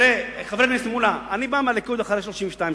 חבר הכנסת מולה, אני בא מהליכוד, אחרי 32 שנה.